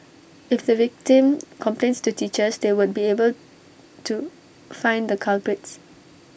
if the victim complains to teachers they won't be able to find the culprits